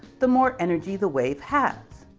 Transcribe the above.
the more energy the wave has.